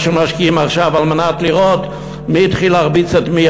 מה שמשקיעים עכשיו כדי לראות מי התחיל להרביץ למי,